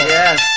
yes